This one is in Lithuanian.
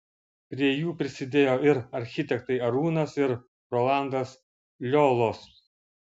prie jų prisidėjo ir architektai arūnas ir rolandas liolos